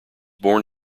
born